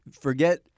forget